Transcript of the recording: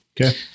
Okay